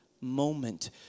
moment